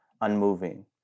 unmoving